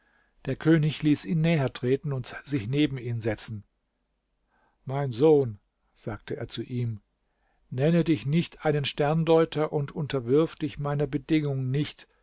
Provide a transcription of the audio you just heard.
der könig ließ ihn näher treten und sich neben ihn setzen mein sohn sagte er zu ihm nenne dich nicht einen sterndeuter und unterwirf dich meiner bedingung nicht